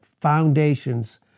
foundations